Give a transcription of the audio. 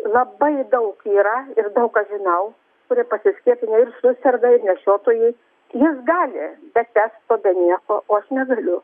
labai daug yra ir daug aš žinau turi pasiskiepinę ir suserga ir nešiotojai jis gali be testo be nieko o aš negaliu